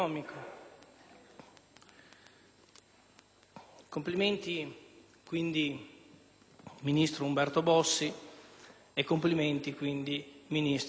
Complimenti, quindi, ministro Umberto Bossi, e complimenti, ministro Roberto Calderoli.